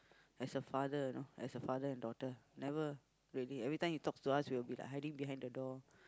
as a father you know as a father and daughter never really every time he talks to us we'll be like hiding behind the door